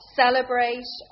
celebrate